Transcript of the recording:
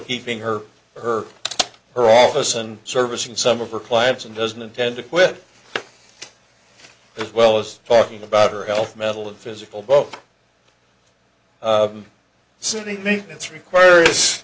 keeping her her her office and service and some of her clients and doesn't intend to quit as well as talking about her health mental and physical both city maintenance requires